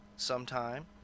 Sometime